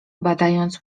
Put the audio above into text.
badając